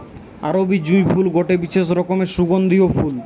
আরবি জুঁই ফুল গটে বিশেষ রকমের সুগন্ধিও ফুল